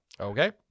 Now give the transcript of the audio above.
Okay